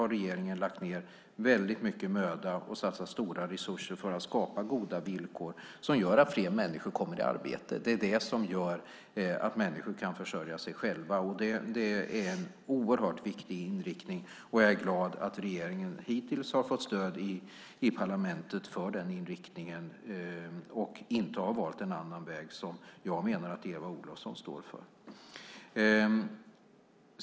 Regeringen har lagt ned väldigt mycket möda och satsat stora resurser på att skapa goda villkor som gör att fler människor kommer i arbete och kan försörja sig själva. Det är en oerhört viktig inriktning, och jag är glad att regeringen hittills har fått stöd i parlamentet för den inriktningen och inte har valt en annan väg som jag menar att Eva Olofsson står för.